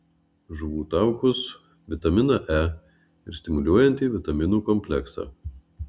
žuvų taukus vitaminą e ir stimuliuojantį vitaminų kompleksą